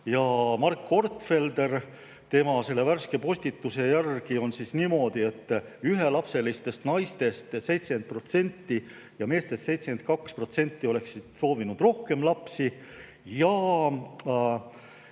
Mark Gortfelderi värske postituse järgi on niimoodi, et ühelapselistest naistest 70% ja meestest 72% oleksid soovinud rohkem lapsi ja